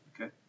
Okay